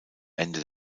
ende